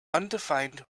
undefined